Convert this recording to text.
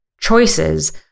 choices